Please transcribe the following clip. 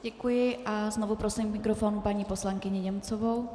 Děkuji a znovu prosím k mikrofonu paní poslankyni Němcovou.